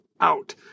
out